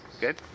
Good